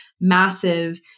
massive